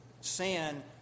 Sin